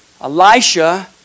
Elisha